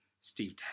Steve